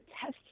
test